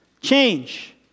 Change